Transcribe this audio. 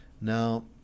Now